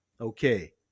Okay